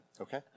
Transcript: Okay